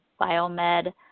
Biomed